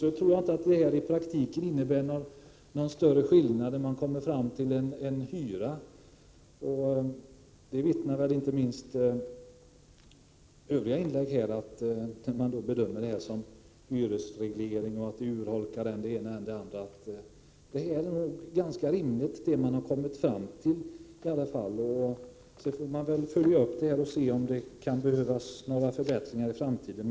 Jag tror att förslagen i stort inte innebär några skillnader när det gäller att i praktiken komma fram till en hyra. Inte minst övriga inlägg här — där man bedömer att regeringsförslaget innebär hyresreglering och att det skulle urholka än det ena och än det andra — vittnar om att förslaget i alla fall är ganska rimligt. Lagstiftningen får väl följas upp så att vi får se om det kan behövas några förbättringar i framtiden.